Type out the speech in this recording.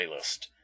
Playlist